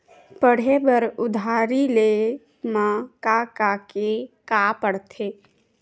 पढ़े बर उधारी ले मा का का के का पढ़ते?